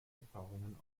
erfahrungen